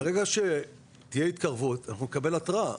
ברגע שתהיה התקרבות אנחנו נקבל התראה.